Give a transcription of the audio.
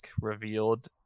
revealed